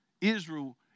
Israel